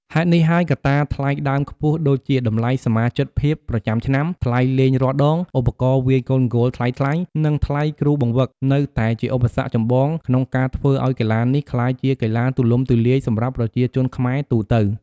ហេតុនេះហើយ កត្តា ថ្លៃដើមខ្ពស់ ដូចជាតម្លៃសមាជិកភាពប្រចាំឆ្នាំ ថ្លៃលេងរាល់ដង ឧបករណ៍វាយកូនហ្គោលថ្លៃៗ និងថ្លៃគ្រូបង្វឹក នៅតែជាឧបសគ្គចម្បងក្នុងការធ្វើឲ្យកីឡានេះក្លាយជាកីឡាទូលំទូលាយសម្រាប់ប្រជាជនខ្មែរទូទៅ។